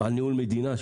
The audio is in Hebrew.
על ניהול מדינה,